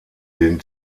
den